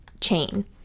chain